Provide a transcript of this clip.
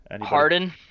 Harden